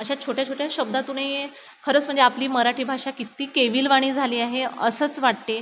अशा छोट्या छोट्या शब्दातून हे खरंच म्हणजे आपली मराठी भाषा किती केविलवाणी झाली आहे असंच वाटते